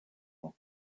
more